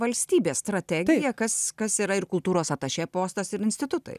valstybės strategija kas kas yra ir kultūros atašė postas ir institutai